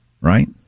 right